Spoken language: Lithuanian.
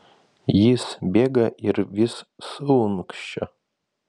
jis bėga ir vis suunkščia